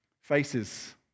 Faces